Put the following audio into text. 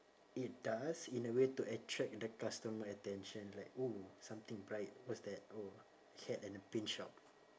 it does in a way to attract the customer attention like oh something bright what's that oh a cat and a pin shop